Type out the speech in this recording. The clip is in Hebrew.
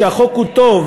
כשהחוק הוא טוב,